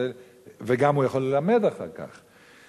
וגם הוא יכול ללמד אחר כך.